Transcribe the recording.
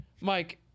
Mike